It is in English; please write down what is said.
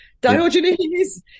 Diogenes